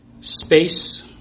space